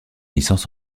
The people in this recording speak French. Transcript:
licence